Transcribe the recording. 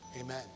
Amen